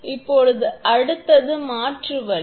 இப்போது அடுத்தது மாற்று வழி